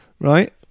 Right